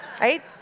right